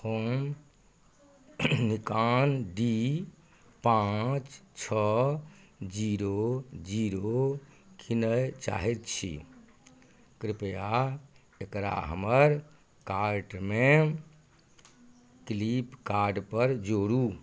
हम Nikon D पाँच छओ जीरो जीरो कीनय चाहैत छी कृपया एकरा हमर कार्टमे फ्लीपकार्टपर जोड़ू